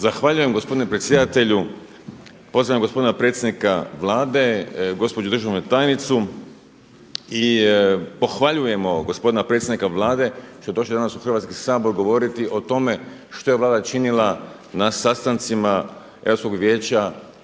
zahvaljujem gospodine predsjedatelju. Pozdravljam gospodina predsjednika Vlade, gospođu državnu tajnicu. Pohvaljujemo gospodina predsjednika Vlade što je došao danas u Hrvatski sabor govoriti o tome što je Vlada činila na sastancima Europskoga vijeća